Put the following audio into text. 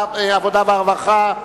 העבודה, הרווחה והבריאות,